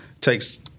takes